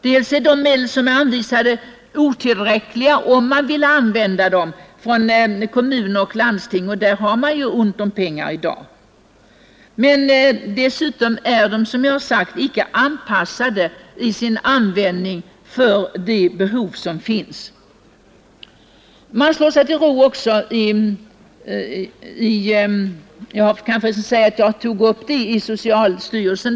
De medel som är anvisade för kommuner och landsting är otillräckliga — kommunerna har själva ont om pengar i dag — därtill får de anslag som finns inte användas för modern narkomanvård. Jag har tagit upp denna fråga i socialstyrelsen.